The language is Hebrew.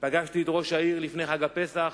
פגשתי את ראש העיר לפני חג הפסח,